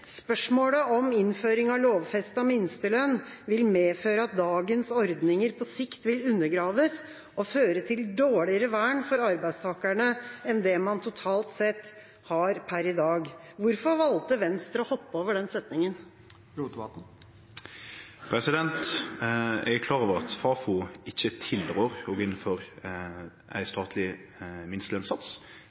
spørsmålet er om innføring av lovfestet minstelønn vil medføre at dagens ordninger på sikt vil undergraves og føre til dårligere vern for arbeidstakerne enn det man totalt sett har per i dag.» Hvorfor valgte Venstre å hoppe over den setningen? Eg er klår over at Fafo ikkje tilrår